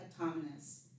autonomous